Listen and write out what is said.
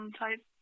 type